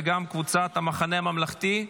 וגם קבוצת המחנה הממלכתי,